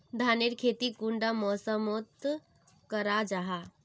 धानेर खेती कुंडा मौसम मोत करा जा?